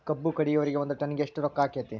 ಕಬ್ಬು ಕಡಿಯುವರಿಗೆ ಒಂದ್ ಟನ್ ಗೆ ಎಷ್ಟ್ ರೊಕ್ಕ ಆಕ್ಕೆತಿ?